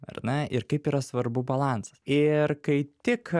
ar ne ir kaip yra svarbu balansas ir kai tik